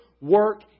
work